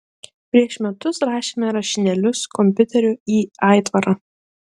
prieš metus rašėme rašinėlius kompiuteriu į aitvarą